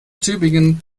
tübingen